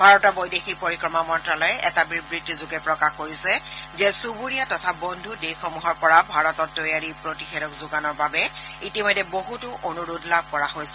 ভাৰতৰ বৈদেশিক পৰিক্ৰমা মন্তালয়ে এটা বিবৃতিযোগে প্ৰকাশ কৰিছে যে চুবুৰীয়া তথা বন্ধু দেশসমূহৰ পৰা ভাৰতত তৈয়াৰী প্ৰতিষেধক যোগানৰ বাবে ইতিমধ্যে বহুতো অনুৰোধ লাভ কৰা হৈছে